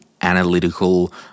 analytical